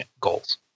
goals